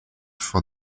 for